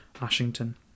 Ashington